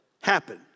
happen